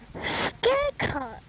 Scarecrow